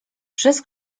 przez